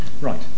right